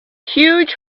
huge